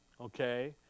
Okay